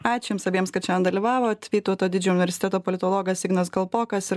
ačiū jums abiems kad šiandien dalyvavot vytauto didžiojo universiteto politologas ignas kalpokas ir